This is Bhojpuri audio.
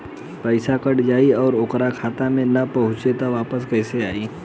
पईसा कट जाई और ओकर खाता मे ना पहुंची त वापस कैसे आई?